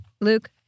Luke